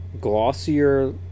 Glossier